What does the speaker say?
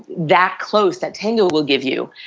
that close that tango will give you.